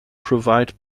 provide